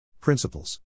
Principles